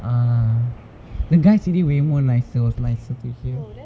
ah the guy saying way more nicer was nicer to hear